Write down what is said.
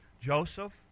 Joseph